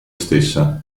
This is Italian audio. stessa